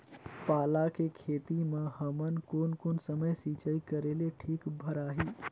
पाला के खेती मां हमन कोन कोन समय सिंचाई करेले ठीक भराही?